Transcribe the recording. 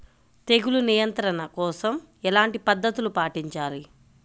తెగులు నియంత్రణ కోసం ఎలాంటి పద్ధతులు పాటించాలి?